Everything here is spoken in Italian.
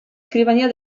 scrivania